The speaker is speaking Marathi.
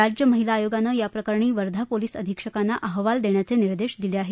राज्य महिला आयोगानं या प्रकरणी वर्धा पोलीस अधिक्षकांना अहवाल देण्याचे निर्देश दिले आहेत